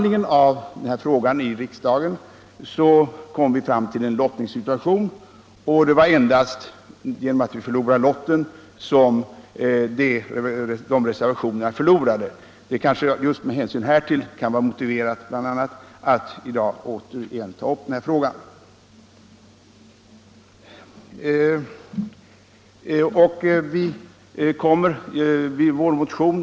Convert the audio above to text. När den här frågan behandlades i riksdagen uppstod en lottningssituation, och det var endast genom att vi förlorade vid lottningen som reservationerna inte gick igenom. Det kan kanske med hänsyn härtill vara motiverat att i dag återigen ta upp frågan.